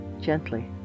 gently